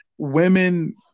Women